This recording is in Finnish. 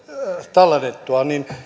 tallennettua niin